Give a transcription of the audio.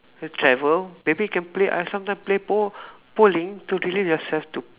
the travel maybe can play uh sometime play bowl bowling to relive yourself to